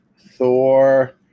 Thor